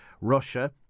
Russia